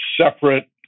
separate